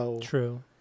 True